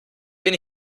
bin